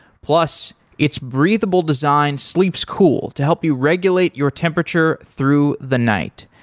plus, its breathable design slips cool to help you regulate your temperature through the night.